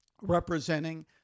representing